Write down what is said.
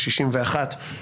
ב-61,